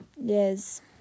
Yes